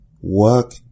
work